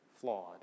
flawed